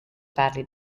badly